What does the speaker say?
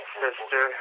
sister